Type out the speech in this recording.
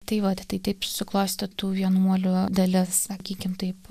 tai vat tai taip susiklostė tų vienuolių dalis sakykim taip